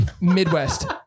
Midwest